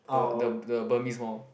the the the Burmese mall